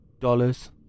Dollars